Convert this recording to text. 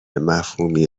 مفهومی